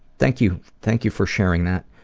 thank you thank you for sharing that.